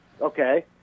Okay